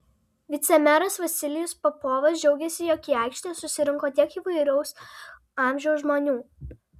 vicemeras vasilijus popovas džiaugėsi jog į aikštę susirinko tiek įvairaus amžiaus žmonių